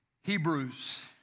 Hebrews